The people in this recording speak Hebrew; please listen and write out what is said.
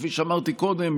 שכפי שאמרתי קודם,